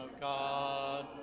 God